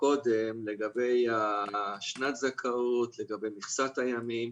קודם לגבי שנת הזכאות ולגבי מכסת הימים.